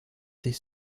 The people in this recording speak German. sich